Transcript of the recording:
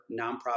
nonprofit